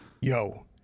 Yo